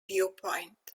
viewpoint